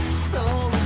so